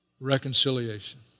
reconciliation